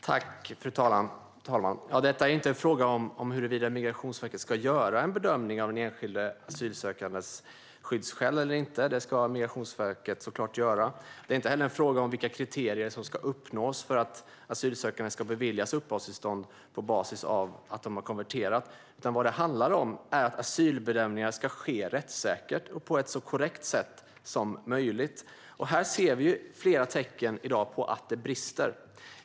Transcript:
Fru talman! Detta är inte en fråga om huruvida Migrationsverket ska göra en bedömning av enskilda asylsökandes skyddsskäl eller inte; det ska Migrationsverket såklart göra. Det är inte heller en fråga om vilka kriterier som ska uppnås för att asylsökande ska beviljas uppehållstillstånd på basis av att de har konverterat. Vad det handlar om är att asylbedömningar ska ske rättssäkert och på ett så korrekt sätt som möjligt. Här ser vi i dag flera tecken på att det brister.